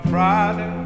Friday